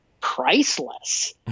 priceless